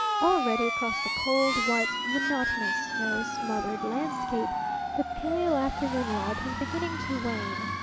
already across the cold, white, monotonous, snow-smothered landscape the pale afternoon light was beginning to wane,